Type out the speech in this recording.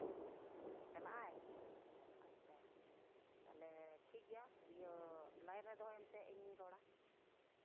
ᱪᱟᱞᱟᱜᱼᱟᱭ ᱟᱪᱪᱷᱟ ᱛᱟᱞᱦᱮ ᱴᱷᱤᱠᱜᱮᱭᱟ ᱞᱟᱭᱤᱱ ᱨᱮ ᱫᱚᱦᱚᱭᱮᱢ ᱥᱮ ᱤᱧᱤᱧ ᱨᱚᱲᱟ